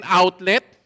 outlet